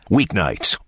weeknights